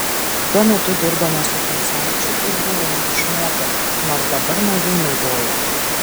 tuo metu dirbome su kuncaičiu ir buvome išmokę nors dabar mažai naudoja